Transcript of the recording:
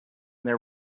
there